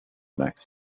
next